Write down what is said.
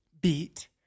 beat